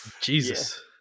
Jesus